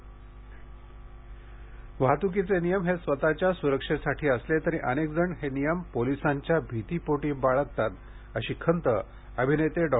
गिरीश ओक ठाणे वाहत्कीचे नियम हे स्वतःच्या स्रक्षेसाठी असले तरी अनेकजण हे नियम पोलिसांच्या भीतीपोटी पाळतात अशी खंत अभिनेते डॉ